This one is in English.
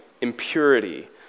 impurity